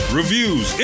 reviews